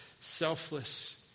selfless